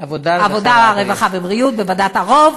בוועדת ערו"ב,